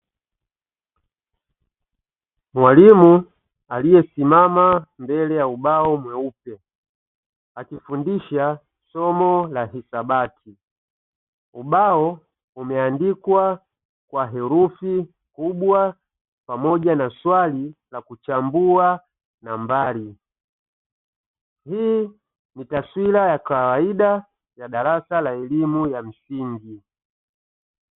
Mwalimu aliyesimama mbele ya ubao mweupe akifundisha somo la hisabati, ubao umeandikwa kwa herufi kubwa pamoja na swali la kuchambua nambari, hii ni taswira ya kawaida ya darasa la elimu ya msingi.